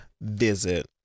visit